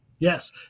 Yes